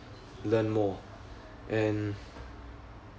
learn more and